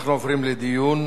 אנחנו עוברים לדיון.